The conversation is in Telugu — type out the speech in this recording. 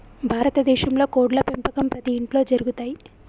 భారత దేశంలో కోడ్ల పెంపకం ప్రతి ఇంట్లో జరుగుతయ్